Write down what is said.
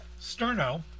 Sterno